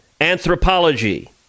Anthropology